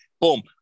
Boom